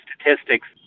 statistics